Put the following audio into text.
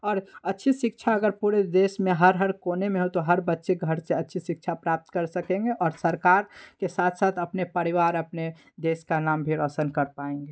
और अच्छी शिक्षा अगर पूरे देश में हर हर कोने में हो तो हर बच्चे घर से अच्छी शिक्षा प्राप्त कर सकेंगे और सरकार के साथ साथ अपने परिवार अपने देश का नाम भी रौशन कर पाएंगे